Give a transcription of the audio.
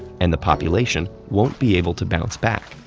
and the population won't be able to bounce back.